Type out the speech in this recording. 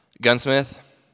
gunsmith